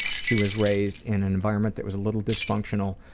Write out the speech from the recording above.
she was raised in an environment that was a little dysfunctional.